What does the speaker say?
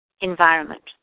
environment